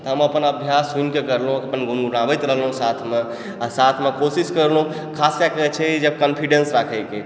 तऽ हम अपन अभ्यास सुनिके कयलहुॅं अपन गुनगुनाबैत रहलहुॅं साथमे आ साथमे कोशिश कयलहुॅं खास कैकऽ छै जे कान्फिडेंस राखैके